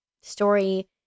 story